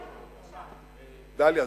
דליה,